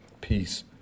peace